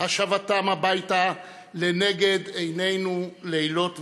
השבתם הביתה לנגד עינינו לילות וימים,